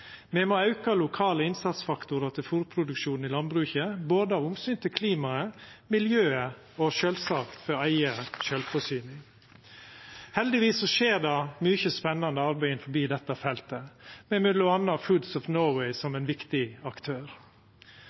Me må auka lokale innsatsfaktorar til fôrproduksjonen i landbruket, både av omsyn til klimaet, miljøet og sjølvsagt for eiga sjølvforsyning. Heldigvis skjer det mykje spennande arbeid innanfor dette feltet med m.a. Foods of Norway som ein viktig aktør.